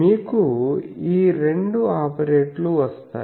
మీకు ఈ రెండు ఆపరేటర్లు వస్తాయి